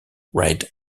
red